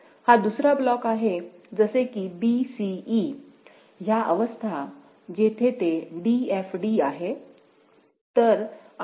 हा दुसरा ब्लॉक आहे जसे की b c e ह्या अवस्था जेथे ते d f d आहे